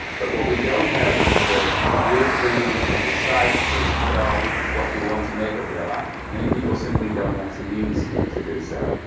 but what we don't have is the real freedom to decide for yourselves what you want to make of your lives. many people simply don't have the means to do so.